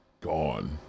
gone